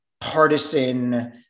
partisan